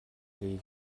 ирье